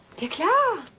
you can